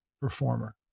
performer